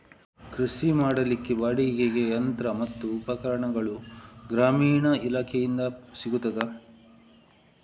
ಕೃಷಿ ಮಾಡಲಿಕ್ಕೆ ಬಾಡಿಗೆಗೆ ಯಂತ್ರ ಮತ್ತು ಉಪಕರಣಗಳು ಗ್ರಾಮೀಣ ಇಲಾಖೆಯಿಂದ ಸಿಗುತ್ತದಾ?